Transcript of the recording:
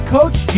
Coach